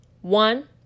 One